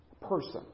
person